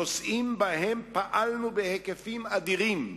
נושאים שבהם פעלנו בהיקפים אדירים,